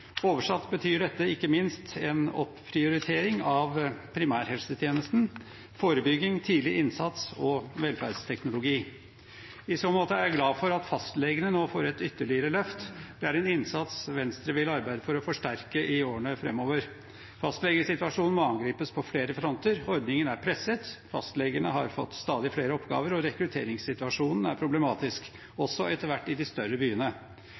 Oversatt betyr dette ikke minst en opprioritering av primærhelsetjenesten, forebygging, tidlig innsats og velferdsteknologi. I så måte er jeg glad for at fastlegene nå får et ytterligere løft. Det er en innsats Venstre vil arbeide for å forsterke i årene framover. Fastlegesituasjonen må angripes på flere fronter. Ordningen er presset. Fastlegene har fått stadig flere oppgaver, og rekrutteringssituasjonen er problematisk, også etter hvert i de større byene.